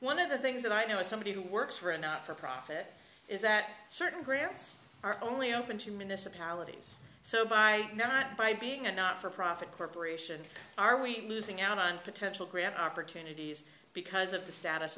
one of the things that i know as somebody who works for a not for profit is that certain grants are only open to minister polities so by not by being a not for profit corporation are we losing out on potential opportunities because of the status